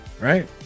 right